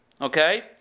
Okay